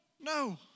No